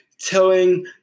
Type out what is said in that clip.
telling